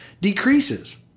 decreases